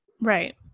Right